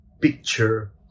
picture